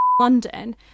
London